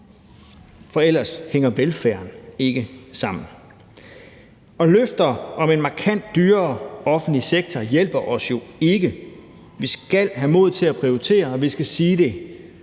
for ellers hænger velfærden ikke sammen. Og løfter om en markant dyrere offentlig sektor hjælper os jo ikke. Vi skal have mod til at prioritere, og vi skal sige det